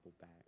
back